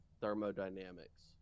thermodynamics